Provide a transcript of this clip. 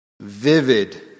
vivid